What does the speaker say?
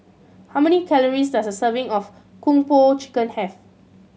how many calories does a serving of Kung Po Chicken have